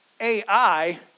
AI